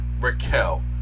Raquel